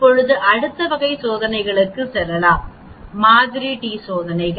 இப்போது அடுத்த வகை சோதனைகளுக்கு செல்லலாம் மாதிரி டி சோதனைகள்